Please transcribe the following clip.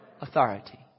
authority